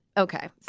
Okay